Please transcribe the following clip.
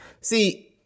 See